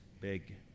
big